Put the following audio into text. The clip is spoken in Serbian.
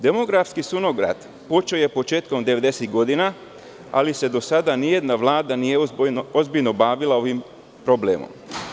Demografski sunovrat počeo je početkom devedesetih godina, ali se do sada nijedna Vlada nije ozbiljno bavila ovim problemom.